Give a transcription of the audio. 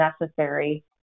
necessary